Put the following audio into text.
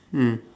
mm